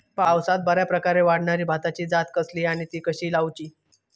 पावसात बऱ्याप्रकारे वाढणारी भाताची जात कसली आणि ती कशी लाऊची?